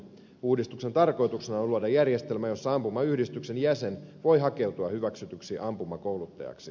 uudistuksen tarkoituksena on luoda järjestelmä jossa ampumayhdistyksen jäsen voi hakeutua hyväksytyksi ampumakouluttajaksi